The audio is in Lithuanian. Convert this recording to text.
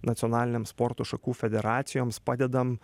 nacionalinėms sporto šakų federacijoms padedam